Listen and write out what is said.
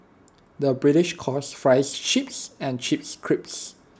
the British calls Fries Chips and Chips Crisps